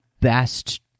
best